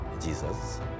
Jesus